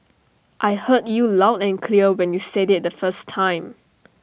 I heard you loud and clear when you said IT the first time